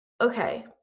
Okay